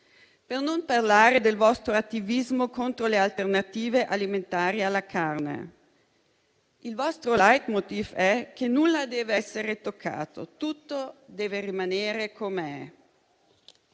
Per non parlare del vostro attivismo contro le alternative alimentari alla carne. Il vostro *leitmotiv* è che nulla deve essere toccato e tutto deve rimanere com'è.